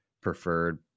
preferred